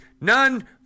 none